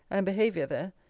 and behaviour there,